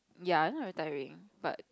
ya I know very tiring but